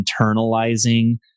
internalizing